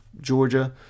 Georgia